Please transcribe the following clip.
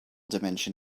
dimension